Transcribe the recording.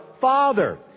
Father